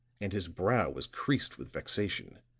and his brow was creased with vexation.